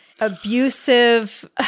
abusive